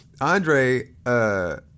Andre